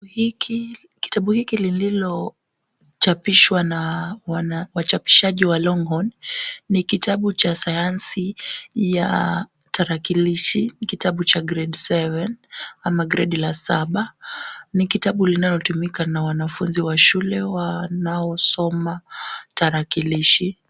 Kitabu hiki lililochapishwa na wachapishaji wa Longhorn ni kitabu cha sayansi ya tarakilishi, ni kitabu cha grade seven ama gredi la saba ni kitabu linalotumika na wanafunzi wa shule wanaosoma tarakilishi.